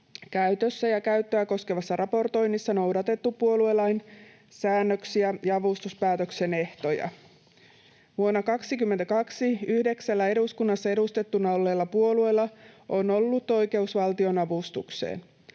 käytössä ja käyttöä koskevassa raportoinnissa noudatettu puoluelain säännöksiä ja avustuspäätöksen ehtoja. Vuonna 22 yhdeksällä eduskunnassa edustettuna olleella puolueella on ollut oikeus valtionavustukseen.